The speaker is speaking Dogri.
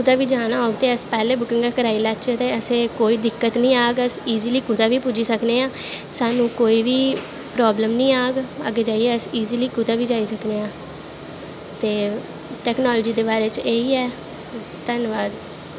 कुदै बी जाना होग ते अस पैह्लैं बुकिंगां कराई लैच्चै ते असेंगी कोई दिक्कत नी आह्ग अस इज़ली कुतै बी पुज्जी सकनें आं साह्नू कोई बी प्रावलम नी आह्ग अग्गैं जाईयै अस अग्गैं कुदै बी जाई सकनें आं ते टैकनॉलजी दे बारे च एही ऐ धन्नवाद